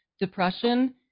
depression